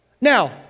Now